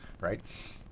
right